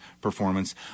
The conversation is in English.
performance